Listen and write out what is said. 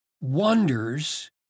wonders